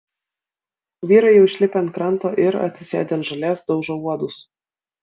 vyrai jau išlipę ant kranto ir atsisėdę ant žolės daužo uodus